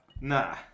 Nah